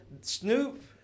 Snoop